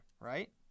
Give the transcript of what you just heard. Right